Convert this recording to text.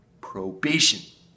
probation